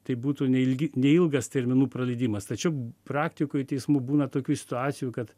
tai būtų neilgi neilgas terminų praleidimas tačiau praktikoj teismų būna tokių situacijų kad